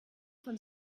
von